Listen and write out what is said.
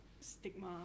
stigma